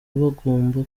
bagomba